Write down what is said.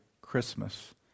Christmas